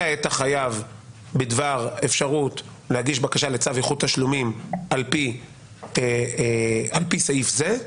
את החייב בדבר אפשרות להגיש בקשה לצו איחוד תשלומים על פי סעיף זה.